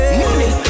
money